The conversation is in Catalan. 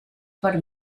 per